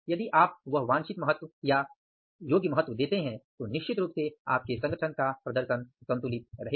यदि आप वह वांछित महत्व या योग्य महत्व देते हैं तो निश्चित रूप से आपके संगठन का प्रदर्शन संतुलित रहेगा